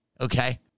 Okay